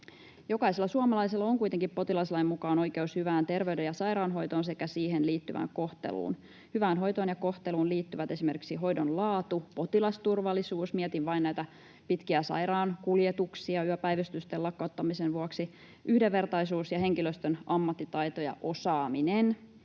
Jokaisella suomalaisella on kuitenkin potilaslain mukaan oikeus hyvään terveyden- ja sairaanhoitoon sekä siihen liittyvään kohteluun. Hyvään hoitoon ja kohteluun liittyvät esimerkiksi hoidon laatu, potilasturvallisuus — mietin vain näitä pitkiä sairaankuljetuksia yöpäivystysten lakkauttamisen vuoksi —, yhdenvertaisuus ja henkilöstön ammattitaito ja osaaminen.